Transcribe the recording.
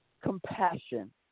Compassion